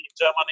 Germany